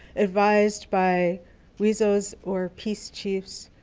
advised by wisos or peace chiefs,